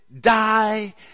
die